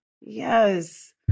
Yes